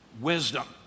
wisdom